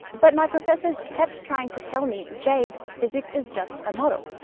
but my professors kept trying to tell me jade, physics is just a model.